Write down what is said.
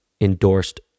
endorsed